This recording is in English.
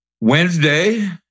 Wednesday